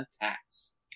attacks